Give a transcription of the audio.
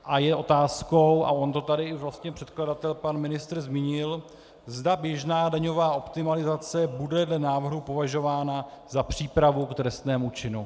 A je otázkou, a on to tady i vlastně předkladatel pan ministr zmínil, zda běžná daňová optimalizace bude dle návrhu považována za přípravu k trestnému činu.